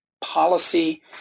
policy